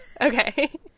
okay